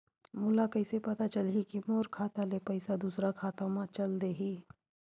मोला कइसे पता चलही कि मोर खाता ले पईसा दूसरा खाता मा चल देहे?